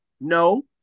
No